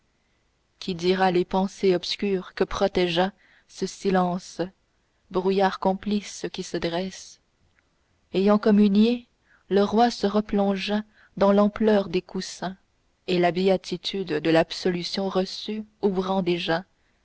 qui dira les pensers obscurs que protégea ce silence brouillard complice qui se dresse ayant communié le roi se replongea dans l'ampleur des coussins et la béatitude de l'absolution reçue ouvrant déjà